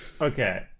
Okay